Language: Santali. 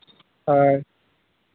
ᱦᱳᱭ